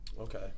Okay